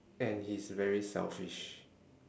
and he's very selfish